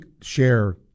share